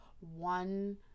one